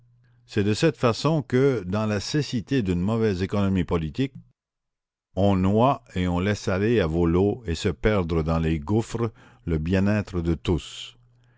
c'est de cette façon que dans la cécité d'une mauvaise économie politique on noie et on laisse aller à vau leau et se perdre dans les gouffres le bien-être de tous